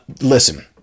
listen